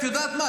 את יודעת מה,